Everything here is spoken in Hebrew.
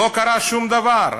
לא קרה שום דבר.